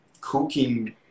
cooking